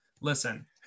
listen